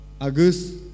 Agus